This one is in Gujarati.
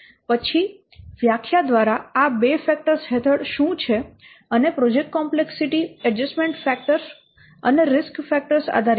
પછી વ્યાખ્યા દ્વારા આ બે ફેક્ટર્સ હેઠળ શું છે અને પ્રોજેક્ટ કોમ્પ્લેક્સિટી ઍડ્જસ્ટમેન્ટ ફેક્ટર્સ અને રિસ્ક ફેક્ટર્સ આધારિત છે